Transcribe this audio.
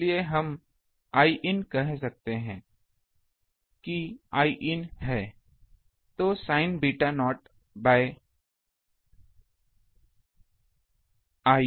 इसलिए हम Iin कह सकते हैं कि Iin है तो sine beta naught by l है